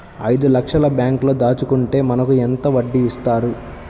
ఐదు లక్షల బ్యాంక్లో దాచుకుంటే మనకు ఎంత వడ్డీ ఇస్తారు?